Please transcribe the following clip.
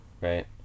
right